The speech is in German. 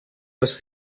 dass